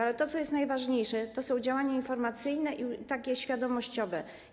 Ale to, co jest najważniejsze, to są działania informacyjne i takie świadomościowe.